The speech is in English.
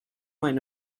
might